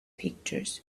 pictures